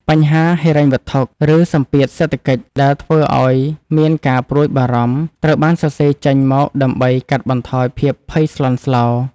បញ្ហាហិរញ្ញវត្ថុ ឬសម្ពាធសេដ្ឋកិច្ចដែលធ្វើឱ្យមានការព្រួយបារម្ភ ត្រូវបានសរសេរចេញមកដើម្បីកាត់បន្ថយភាពភ័យស្លន់ស្លោ។